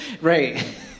Right